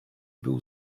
był